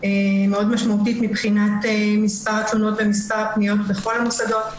מאוד משמעותית מבחינת מספר התלונות ומספר הפניות בכל המוסדות.